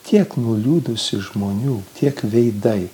tiek nuliūdusių žmonių tiek veidai